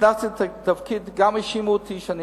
כשנכנסתי לתפקיד גם האשימו אותי שאני